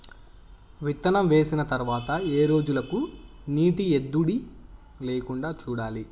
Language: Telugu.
విత్తనం వేసిన తర్వాత ఏ రోజులకు నీటి ఎద్దడి లేకుండా చూడాలి?